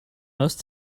most